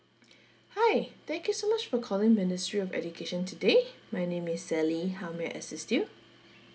hi thank you so much for calling ministry of education today my name is sally how may I assist you